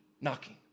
knocking